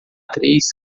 três